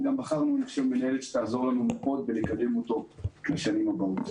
אני חושב שבחרנו מנהלת שתעזור לנו מאוד לקדם אותו בשנים הבאות.